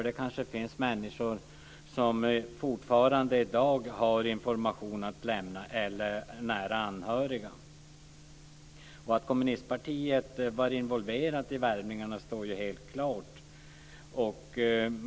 Det kanske finns människor som fortfarande i dag har information att lämna eller som har nära anhöriga. Att kommunistpartiet var involverat i värvningarna står helt klart.